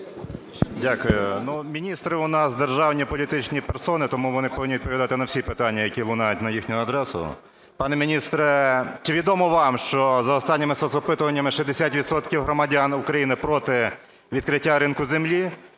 Дякую. Ну, міністри у нас державні політичні персони, тому вони повинні відповідати на всі питання, які лунають на їхню адресу. Пане міністре, чи відомо вам, що за останніми соцопитуваннями 60 відсотків громадян України проти відкриття ринку землі?